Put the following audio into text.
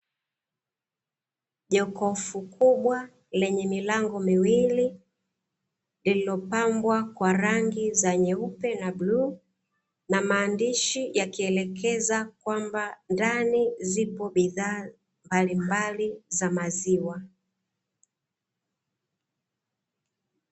Jokofu kubwa lenye milango miwili, iliyopambwa kwa rangi nyeupe na bluu, na maandishi yakielekeza kwamba ndani zipo bidhaa mbalimbali za maziwa.